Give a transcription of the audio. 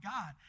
God